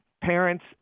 parents